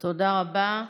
תודה רבה.